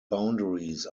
boundaries